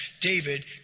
David